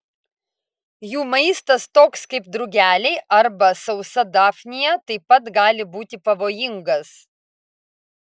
jų maistas toks kaip drugeliai arba sausa dafnija taip pat gali būti pavojingas